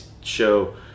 show